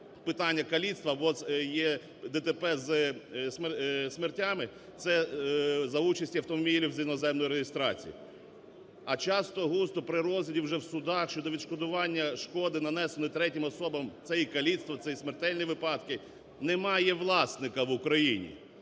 питання каліцтва або є ДТП зі смертями, це за участі автомобілів з іноземною реєстрацією. А часто-густо при розгляді вже в судах щодо відшкодування шкоди, нанесеної третім особам, це і каліцтво, це і смертельні випадки, немає власника в Україні,